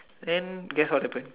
then guess what happen